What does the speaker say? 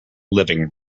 living